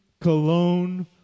cologne